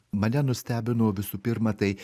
mane nustebino visų pirma tai